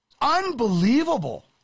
unbelievable